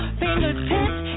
fingertips